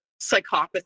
psychopathy